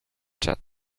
chat